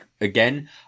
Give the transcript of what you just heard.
again